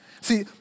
see